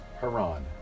Haran